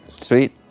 Sweet